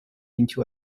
into